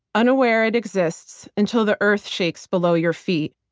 unaware it exists until the earth shakes below your feet.